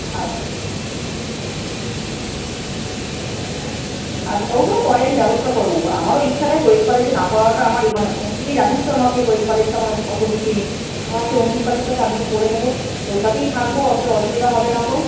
আচ্ছা আচ্ছা ওগুলো পরে আমি ব্যবস্থা করে নেবো আর আমারও ইচ্ছা দেখ কো এড কলেজে না পড়াটা আমার প্রথম থেকেই জানিস তো আমাকে কো এড কলেজটা আমার অতো রুচি নেই আর কি ওমেন্স কলেজটাতে আমিও পড়ে নেবো তোর সাথেই থাকবো অতোটা অসুবিধা হবে না